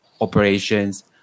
operations